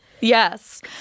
Yes